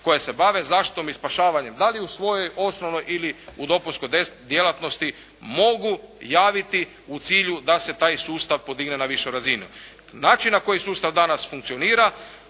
koje se bave zaštitom i spašavanjem da li u svojoj osnovnoj ili u dopunskoj djelatnosti mogu javiti u cilju da se taj sustav podigne na višu razinu. Način na koji sustav danas funkcionira